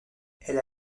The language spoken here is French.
elle